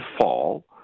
fall